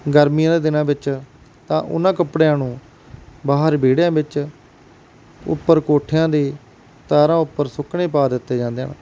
ਗਰਮੀਆਂ ਦੇ ਦਿਨਾਂ ਵਿੱਚ ਤਾਂ ਉਹਨਾਂ ਕੱਪੜਿਆਂ ਨੂੰ ਬਾਹਰ ਵੇਹੜਿਆਂ ਵਿੱਚ ਉੱਪਰ ਕੋਠਿਆਂ ਦੇ ਤਾਰਾਂ ਉੱਪਰ ਸੁੱਕਣੇ ਪਾ ਦਿੱਤੇ ਜਾਂਦੇ ਹਨ